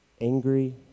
angry